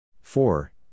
four